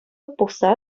пухса